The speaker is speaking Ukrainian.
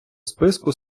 списку